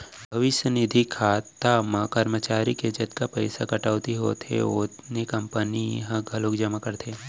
भविस्य निधि खाता म करमचारी के जतका पइसा कटउती होथे ओतने कंपनी ह घलोक जमा करथे